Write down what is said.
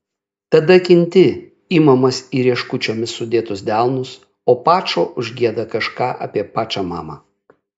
tada kinti imamas į rieškučiomis sudėtus delnus o pačo užgieda kažką apie pačą mamą